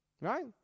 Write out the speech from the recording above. right